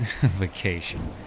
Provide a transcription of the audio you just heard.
Vacation